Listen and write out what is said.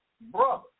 brother